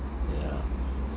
yeah